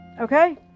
Okay